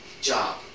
job